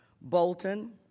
Bolton